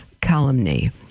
calumny